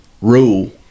rule